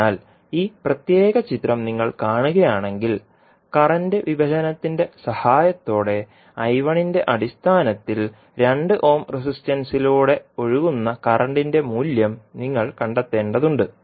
അതിനാൽ ഈ പ്രത്യേക ചിത്രം നിങ്ങൾ കാണുകയാണെങ്കിൽ കറന്റ് വിഭജനത്തിന്റെ സഹായത്തോടെ ന്റെ അടിസ്ഥാനത്തിൽ 2 ഓം റെസിസ്റ്റൻസിലൂടെ ഒഴുകുന്ന കറന്റിന്റെ മൂല്യം നിങ്ങൾ കണ്ടെത്തേണ്ടതുണ്ട്